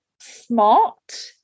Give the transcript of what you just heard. smart